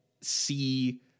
see